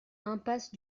impasse